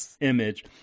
image